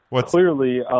clearly